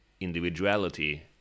individuality